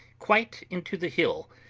quite into the hill,